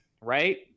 right